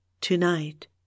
tonight